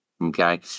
Okay